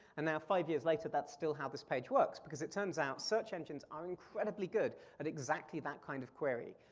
and now five years later, that's still how this page works, because it turns out search engines are incredibly good at exactly that kind of query.